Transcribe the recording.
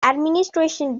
administration